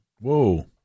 Whoa